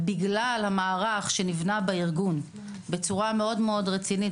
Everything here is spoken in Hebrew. שבגלל המערך שנבנה בארגון בצורה מאוד רצינית